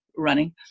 running